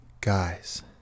Guys